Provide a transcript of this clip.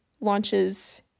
launches